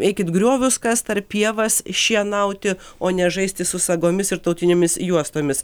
eikit griovius kast ar pievas šienauti o ne žaisti su sagomis ir tautinėmis juostomis